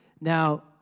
Now